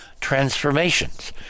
transformations